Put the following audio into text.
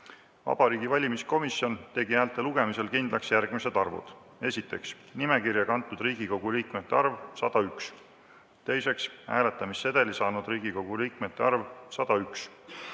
Vabariigi Valimiskomisjon tegi häälte lugemisel kindlaks järgmised arvud. 1. Nimekirja kantud Riigikogu liikmete arv: 101. 2. Hääletamissedeli saanud Riigikogu liikmete arv: 101.